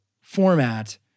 format